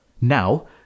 Now